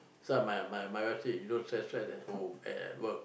so my my my wife say you don't stress stress at home at at work